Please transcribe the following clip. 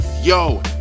Yo